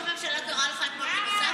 ראש הממשלה קרא לך אתמול ונזף בך?